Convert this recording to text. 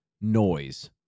noise